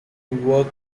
work